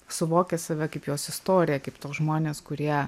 suvoki save kaip jos istoriją kaip tuos žmones kurie